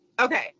okay